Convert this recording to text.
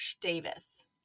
Davis